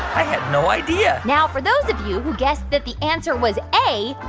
i had no idea now, for those of you who guessed that the answer was a,